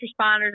responders